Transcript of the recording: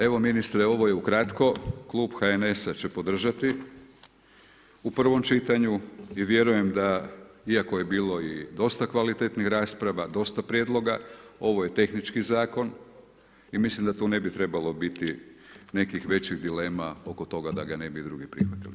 Evo ministre, ovo je ukratko, klub HNS-a će podržati u prvom čitanju i vjerujem da, iako je bilo dosta i kvalitetnih rasprava, dosta prijedloga, ovo je tehnički zakon i mislim da tu ne bi trebalo biti nekih većih dilema oko toga da ga ne bi i drugi prihvatili.